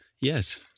Yes